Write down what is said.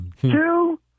Two